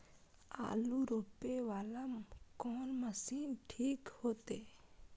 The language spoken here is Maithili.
आलू रोपे वाला कोन मशीन ठीक होते?